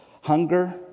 hunger